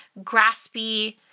graspy